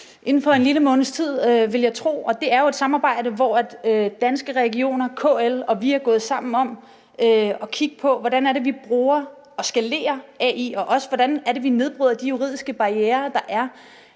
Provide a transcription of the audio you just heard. inden for en lille måneds tid, vil jeg tro. Og det er jo et samarbejde, hvor Danske Regioner, KL og vi er gået sammen om at kigge på, hvordan vi bruger og skalerer AI, og på, hvordan vi nedbryder de juridiske barrierer, der er.